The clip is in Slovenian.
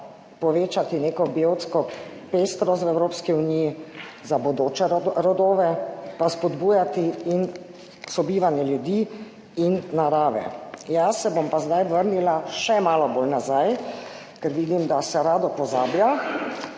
povečati neko biotsko pestrost v Evropski uniji za bodoče rodove, pa spodbujati in sobivanje ljudi in narave. Jaz se bom pa zdaj vrnila še malo bolj nazaj, ker vidim, da se rado pozablja,